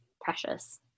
precious